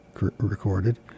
recorded